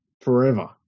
forever